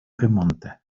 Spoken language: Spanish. remonte